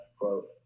quote